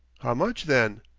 how much, then?